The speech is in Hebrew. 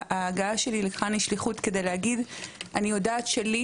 ההגעה שלי לכאן היא שליחות כדי להגיד: אני יודעת שהסיוע שניתן